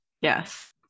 Yes